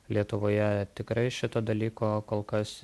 lietuvoje tikrai šito dalyko kol kas